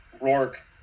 Rourke